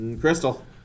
Crystal